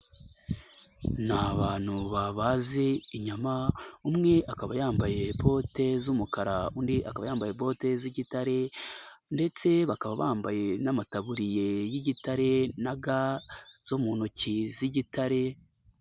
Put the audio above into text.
Ni abantu babaze inyama umwe akaba yambaye bote z'umukara undi akaba yambaye bote z'igitare ndetse bakaba bambaye n'amataburiye y'igitare na ga zo mu ntoki z'igitare.